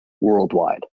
worldwide